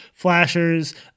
flashers